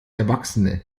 erwachsene